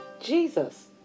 Jesus